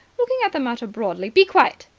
looking at the matter broadly be quiet,